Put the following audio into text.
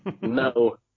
No